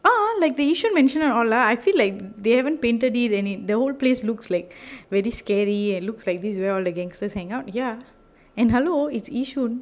ah like the yishun masionette all ah I feel like they haven't painted it than the whole place looks like very scary it looks like this where all the gangsters hang out and hello it's yishun